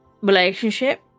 relationship